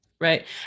Right